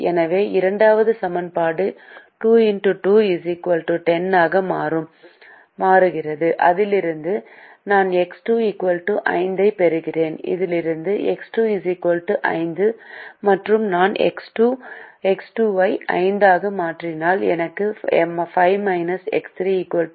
எனவே இரண்டாவது சமன்பாடு 2X2 10 ஆக மாறுகிறது அதிலிருந்து நான் X2 5 ஐப் பெறுகிறேன் இதிலிருந்து X2 5 மற்றும் நான் X2 ஐ 5 ஆக மாற்றினால் எனக்கு 5 X3 4 கிடைக்கிறது எனவே X3 1